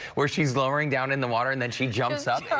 where she's lowering down in the water and then she jumps up. yeah